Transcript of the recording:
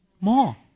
More